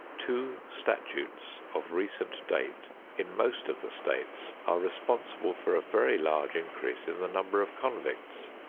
two statutes of recent date in most of the states are responsible for a very large increase in the number of convicts.